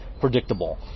predictable